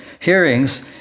hearings